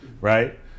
right